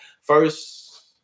first